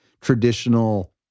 traditional